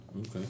Okay